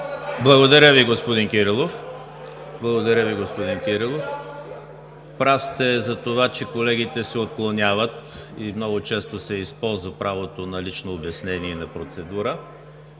Благодаря Ви, господин Кирилов. Прав сте за това, че колегите се отклоняват и много често се използва правото на лично обяснение и на процедура.